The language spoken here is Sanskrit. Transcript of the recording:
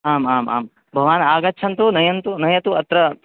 आम् आम् आम् भवान् आगच्छन्तु नयन्तु नयन्तु अत्र